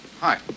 Hi